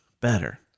better